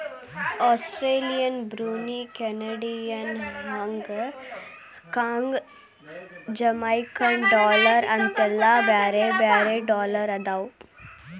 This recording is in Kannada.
Australian Brunei Canadian Hong Kong Jamaican dollar ಅಂತೆಲ್ಲಾ ಬ್ಯಾರೆ ಬ್ಯಾರೆ ಡಾಲರ್ ಅದಾವ